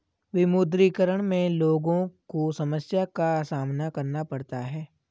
विमुद्रीकरण में लोगो को समस्या का सामना करना पड़ता है